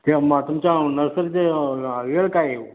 ते तुमच्या नर्सरीचे वेळ काय येऊ